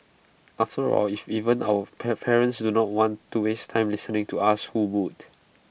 after all if even our parents do not want to waste time listening to us who would